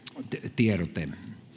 tiedote